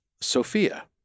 Sophia